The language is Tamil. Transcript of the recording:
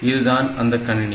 இதுதான் அந்த கணினி